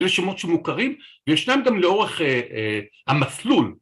יש שמות שמוכרים, וישנם גם לאורך המסלול.